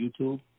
YouTube